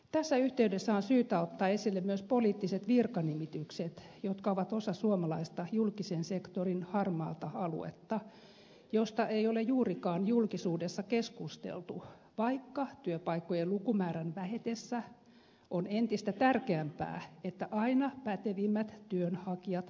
tässä yhteydessä on syytä ottaa esille myös poliittiset virkanimitykset jotka ovat osa suomalaista julkisen sektorin harmaata aluetta josta ei ole juurikaan julkisuudessa keskusteltu vaikka työpaikkojen lukumäärän vähetessä on entistä tärkeämpää että aina pätevimmät työnhakijat valitaan tehtäviin